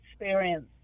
experience